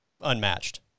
unmatched